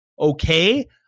okay